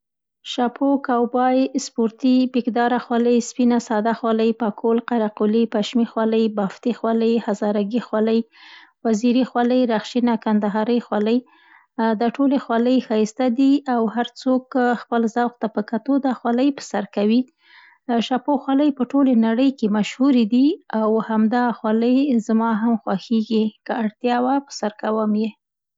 شپو، کوبای, سپورتي پیکداره خولۍ، سپینه ساده خولۍ، پکول، قرقلي، پشمي خولۍ، بافتي خولۍ، هزاره ګی خولۍ، وزیري خولۍ، رخشینه کندهارۍ خولۍ. دا تولې خولۍ ښایسته دي او هرڅوک خپل ذوق ته په کتو دا خولۍ په سر کوي. شپو خولۍ په ټولې نړۍ کې مشهوري دي او همدا خولۍ زما هم خوښېږي، که اړتیا وه په سره به یې کړم.